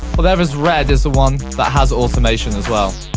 whatever's red is the one that has automation as well.